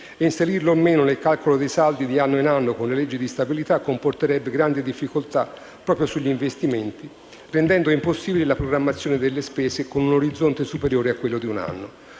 e inserirlo o meno nel calcolo dei saldi di anno in anno con le leggi di stabilità comporterebbe grandi difficoltà proprio sugli investimenti, rendendo impossibile la programmazione delle spese con un orizzonte superiore a quello di un anno.